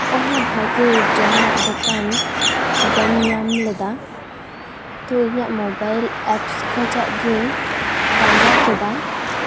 ᱚᱱᱟ ᱵᱷᱟᱹᱜᱤ ᱡᱚᱢᱟᱜ ᱫᱚᱠᱟᱱ ᱵᱟᱹᱧ ᱧᱟᱢ ᱞᱮᱫᱟ ᱛᱳ ᱤᱧᱟᱹᱜ ᱢᱳᱵᱟᱭᱤᱞ ᱮᱯᱥ ᱠᱷᱚᱱᱟᱜ ᱜᱤᱧ ᱯᱟᱸᱡᱟ ᱠᱮᱫᱟ